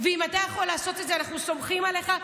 אם אתה יכול לעשות את זה, אנחנו סומכים עליך.